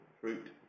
fruit